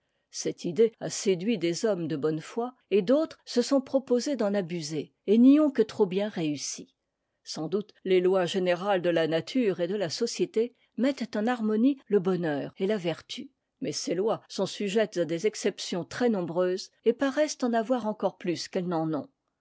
cette idée a séduit des hommes de bonne foi et d'autres se sont proposé d'en abuser et n'y ont que trop bien réussi sans doute les lois générales de la nature et de la société mettent en harmonie le bonheur et la vertu mais ces lois sont sujettes à des exceptions trèsnombreuses et paraissent en avoir encore plus qu'elles n'en ont